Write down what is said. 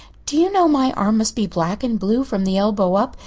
do you know, my arm must be black and blue from the elbow up,